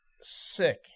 sick